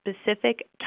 specific